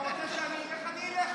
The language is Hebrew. אתה רוצה שאני אלך?